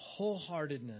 wholeheartedness